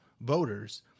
voters